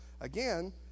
again